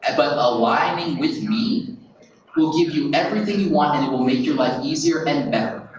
but aligning with me will give you everything you want and it will make your life easier and better,